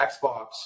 Xbox